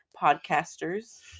podcasters